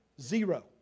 Zero